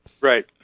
Right